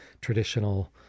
Traditional